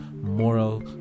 moral